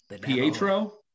pietro